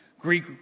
Greek